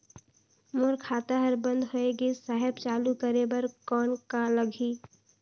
मोर खाता हर बंद होय गिस साहेब चालू करे बार कौन का लगही?